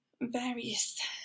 various